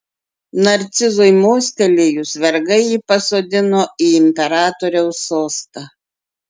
narcizui mostelėjus vergai jį pasodino į imperatoriaus sostą